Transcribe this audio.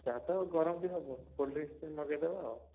ଚାହା ତ ଗରମ ବି ହେବ କୋଲ୍ଡ ଡ୍ରିଙ୍କସ୍ଟେ ମଗାଇ ଦେବା ଆଉ